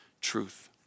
truth